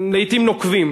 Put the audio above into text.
לעתים נוקבים.